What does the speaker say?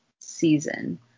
season